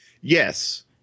Yes